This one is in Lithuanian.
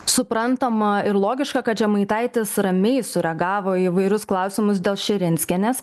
suprantama ir logiška kad žemaitaitis ramiai sureagavo į įvairius klausimus dėl širinskienės